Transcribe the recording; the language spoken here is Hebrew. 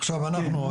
עכשיו אנחנו,